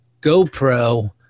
GoPro